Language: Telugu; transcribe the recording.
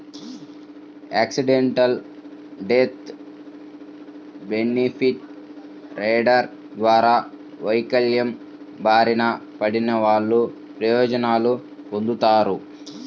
యాక్సిడెంటల్ డెత్ బెనిఫిట్ రైడర్ ద్వారా వైకల్యం బారిన పడినవాళ్ళు ప్రయోజనాలు పొందుతాడు